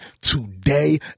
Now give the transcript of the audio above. Today